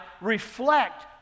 reflect